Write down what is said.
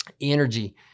Energy